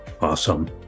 Awesome